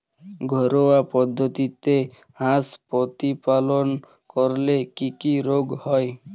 ঘরোয়া পদ্ধতিতে হাঁস প্রতিপালন করলে কি কি রোগ হয়?